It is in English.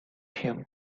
him